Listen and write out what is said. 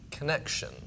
Connection